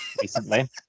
recently